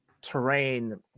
terrain